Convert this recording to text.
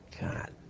God